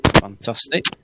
Fantastic